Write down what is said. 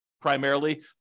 primarily